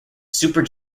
super